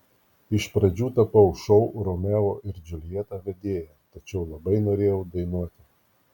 iš pradžių tapau šou romeo ir džiuljeta vedėja tačiau labai norėjau dainuoti